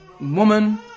woman